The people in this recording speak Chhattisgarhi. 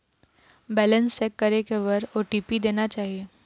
बैलेंस चेक करे बर का ओ.टी.पी देना चाही?